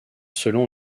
selon